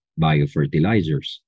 biofertilizers